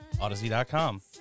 Odyssey.com